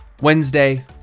Wednesday